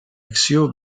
acció